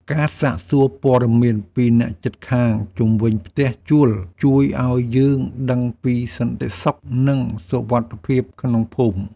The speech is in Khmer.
ការសាកសួរព័ត៌មានពីអ្នកជិតខាងជុំវិញផ្ទះជួលជួយឱ្យយើងដឹងពីសន្តិសុខនិងសុវត្ថិភាពក្នុងភូមិ។